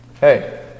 hey